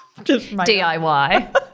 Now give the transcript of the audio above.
DIY